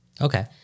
Okay